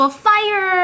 fire